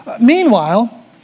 Meanwhile